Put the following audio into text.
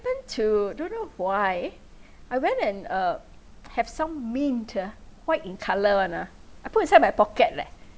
tend to don't know why I went and uh have some mint ah white in colour [one] ah I put inside my pocket leh